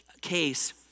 case